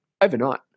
overnight